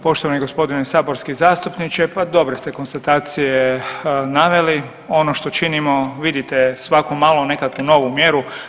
Poštovani gospodine saborski zastupniče pa dobre ste konstatacije naveli, ono što činimo vidite svako malo nekakvu novu mjeru.